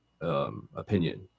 opinion